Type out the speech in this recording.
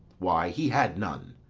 why, he had none.